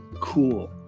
cool